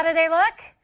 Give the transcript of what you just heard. and they look?